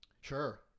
Sure